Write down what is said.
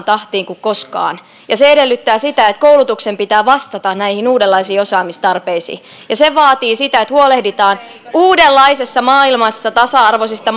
tahtiin kuin koskaan se edellyttää sitä että koulutuksen pitää vastata näihin uudenlaisiin osaamistarpeisiin se vaatii sitä että huolehditaan uudenlaisessa maailmassa tasa arvoisista